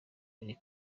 iri